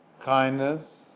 Kindness